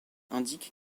indique